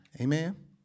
amen